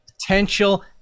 potential